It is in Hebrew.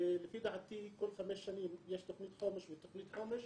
לפי דעתי כל חמש שנים יש תוכנית חומש ותוכנית חומש.